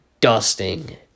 dusting